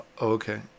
okay